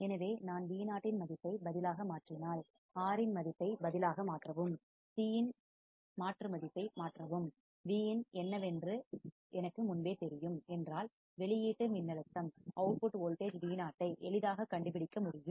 எனவே நான் Vo இன் மதிப்பை பதிலாக மாற்றினால் R இன் மதிப்பை பதிலாக மாற்றவும் C இன் மாற்று மதிப்பை மாற்றவும் Vin ன் என்னவென்று எனக்கு முன்பே தெரியும் என்றால் வெளியீட்டு மின்னழுத்த அவுட்புட் வோல்டேஜ் Vo ஐ எளிதாகக் கண்டுபிடிக்க முடியும்